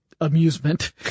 amusement